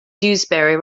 dewsbury